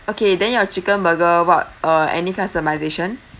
okay then your chicken burger what uh any customisation